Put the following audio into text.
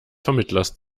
vermittlers